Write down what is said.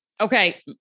Okay